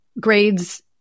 grades